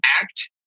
act